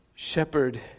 Shepherd